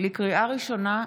לקריאה ראשונה,